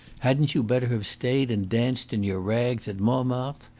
hadn't you better have stayed and danced in your rags at montmartre?